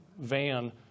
van